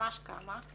ממש כמה,